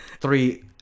three